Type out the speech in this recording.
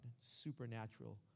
supernatural